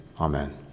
amen